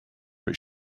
but